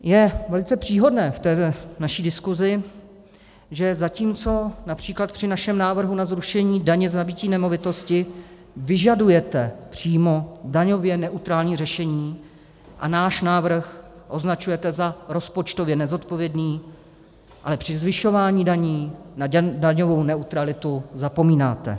Je velice příhodné v té naší diskusi, že zatímco například při našem návrhu na zrušení daně z nabytí nemovitosti vyžadujete přímo daňově neutrální řešení a náš návrh označujete za rozpočtově nezodpovědný, ale při zvyšování daní na daňovou neutralitu zapomínáte.